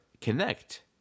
connect